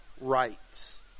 rights